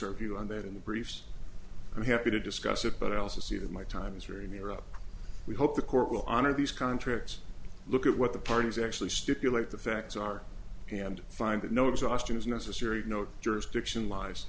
our view on that in the briefs i'm happy to discuss it but i also see that my time is very near up we hope the court will honor these contracts look at what the parties actually stipulate the facts are and find that no exhaustion is necessary no jurisdiction lies